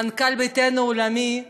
מנכ"ל ישראל ביתנו העולמי,